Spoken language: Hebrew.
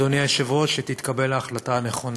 אדוני היושב-ראש, שתתקבל ההחלטה הנכונה.